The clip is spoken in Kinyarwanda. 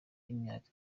imyaka